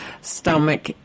stomach